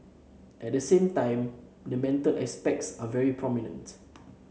at the same time the mental aspects are very prominent